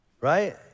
right